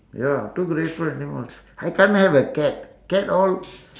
ya two grateful animals I can't have a cat cat all